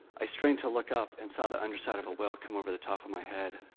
i strained to look up, and saw the underside of a whale come over the top of my head.